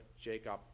Jacob